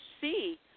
see